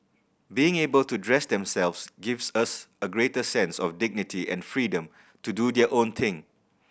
being able to dress themselves gives us a greater sense of dignity and freedom to do their own thing